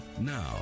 now